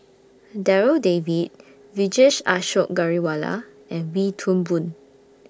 Darryl David Vijesh Ashok Ghariwala and Wee Toon Boon